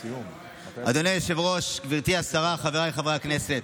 אדוני היושב-ראש, גברתי השרה, חבריי חברי הכנסת,